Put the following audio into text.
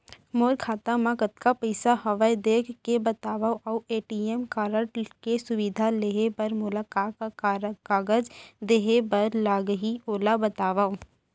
मोर खाता मा कतका पइसा हवये देख के बतावव अऊ ए.टी.एम कारड के सुविधा लेहे बर मोला का का कागज देहे बर लागही ओला बतावव?